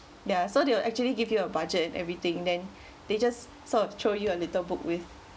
ya so they will actually give you a budget and everything then they just sort of throw you a little book with